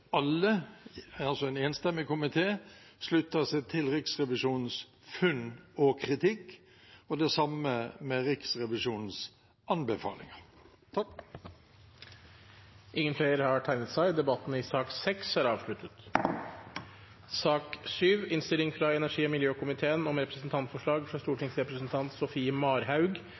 alle, altså en enstemmig komité, slutter seg til Riksrevisjonens funn og kritikk, og det samme med Riksrevisjonens anbefalinger. Flere har ikke bedt om ordet til sak nr. 6. Etter ønske fra energi- og miljøkomiteen